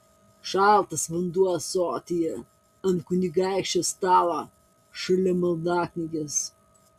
šaltas vanduo ąsotyje ant kunigaikščio stalo šalia maldaknygės